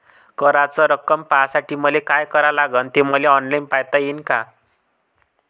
कराच रक्कम पाहासाठी मले का करावं लागन, ते मले ऑनलाईन पायता येईन का?